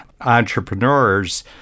entrepreneurs